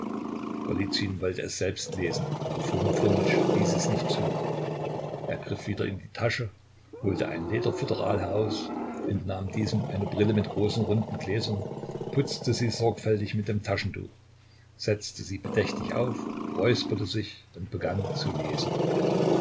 wollte es selbst lesen aber foma fomitsch ließ es nicht zu er griff wieder in die tasche holte ein lederfutteral heraus entnahm diesem eine brille mit großen runden gläsern putzte sie sorgfältig mit dem taschentuch setzte sie sich bedächtig auf räusperte sich und begann zu lesen